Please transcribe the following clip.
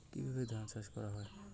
কিভাবে ধান চাষ করা হয়?